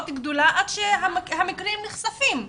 מאוד גדולה והמקרים נחשפים.